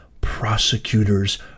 prosecutors